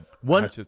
one